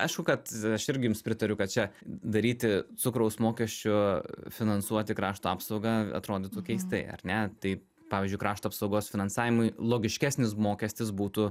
aišku kad aš irgi jums pritariu kad čia daryti cukraus mokesčiu finansuoti krašto apsaugą atrodytų keistai ar ne tai pavyzdžiui krašto apsaugos finansavimui logiškesnis mokestis būtų